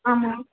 ஆமாம்